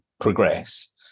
progress